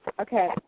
Okay